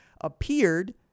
appeared